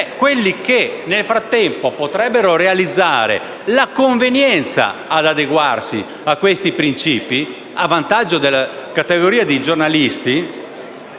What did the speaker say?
quelli che nel frattempo potrebbero realizzare la convenienza ad adeguarsi a questi principi, a vantaggio della categoria dei giornalisti,